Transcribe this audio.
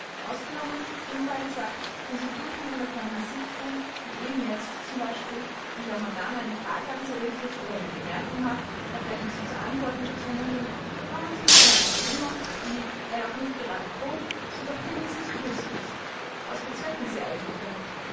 ausgenommen nebenbei gesagt wenn sie durchdringend auf meinem gesicht ruhen wie eben jetzt zum beispiel und wenn man dann eine frage an sie richtet oder eine bemerkung macht auf welche sie zu antworten gezwungen sind so kommen sie mit einer entgegnung die wenn auch nicht gerade grob so doch wenigstens brüsk ist was bezwecken sie eigentlich damit